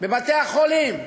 בבתי-החולים,